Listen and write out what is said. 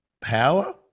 power